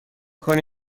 کنی